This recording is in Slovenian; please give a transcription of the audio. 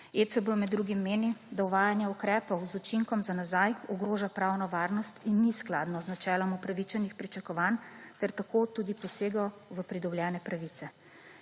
ECB med drugim meni, da uvajanje ukrepov z učinkom za nazaj ogroža pravno varnost in ni skladno z načelom upravičenih pričakovanj ter tako tudi posegov v pridobljene pravice.